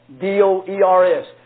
D-O-E-R-S